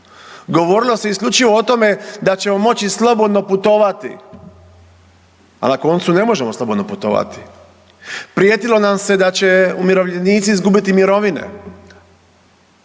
Govorilo se isključivo o tome da ćemo moći slobodno putovati, al na koncu ne možemo slobodno putovati. Prijetilo nam se da će umirovljenici izgubiti mirovine.